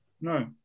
No